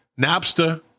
Napster